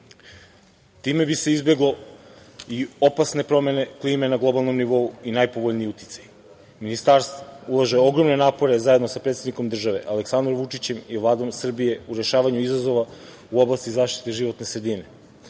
Time bi se izbegle i opasne promene klime na globalnom nivou i najpovoljniji uticaj. Ministarstvo ulaže ogromne napore, zajedno sa predsednikom države, Aleksandrom Vučićem i Vladom Srbije, u rešavanju izazova u oblasti zaštite životne sredine. Ovim